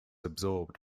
absorbed